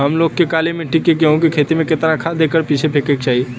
हम लोग के काली मिट्टी में गेहूँ के खेती में कितना खाद एकड़ पीछे फेके के चाही?